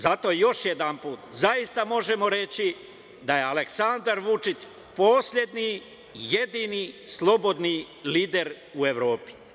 Zato još jedanput, zaista možemo reći da je Aleksandar Vučić poslednji i jedini slobodni lider u Evropi.